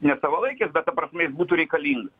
ne savalaikis bet ta prasme jis būtų reikalinga